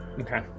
Okay